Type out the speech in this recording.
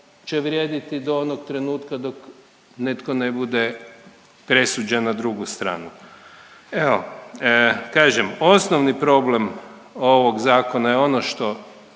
će vrijediti onog trenutka dok netko ne bude presuđen na drugu stranu. Evo kažem, osnovni problem ovog zakona je ono što